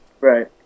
Right